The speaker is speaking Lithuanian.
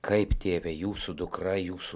kaip tėve jūsų dukra jūsų